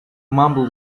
mumble